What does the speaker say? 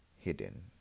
hidden